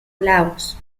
laos